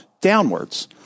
downwards